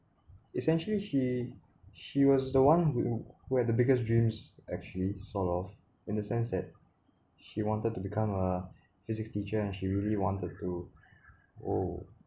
essentially she she was the one who who had the biggest dreams actually sort of in the sense that she wanted to become a physics teacher she really wanted to oh